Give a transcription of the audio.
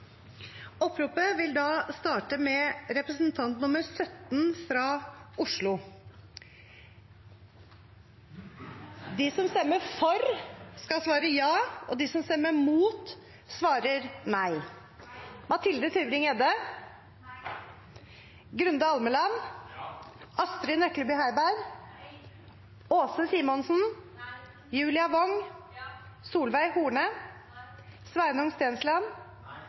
Oppropet vil starte med representant nr. 17 fra Oslo, Mathilde Tybring-Gjedde. De som stemmer for, svarer ja, og de som stemmer imot, svarer nei. Innstillingen oppnådde ikke det grunnlovsmessige flertall og er dermed ikke bifalt. De 95 representantene som stemte for forslaget, var: Grunde Almeland, Julia Wong,